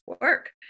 work